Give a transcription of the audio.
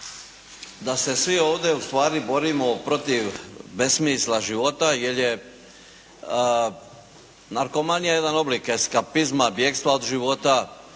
da se svi ovdje ustvari borimo protiv besmisla života, jer narkoman je jedan oblik eskapizma, bjegstva od života,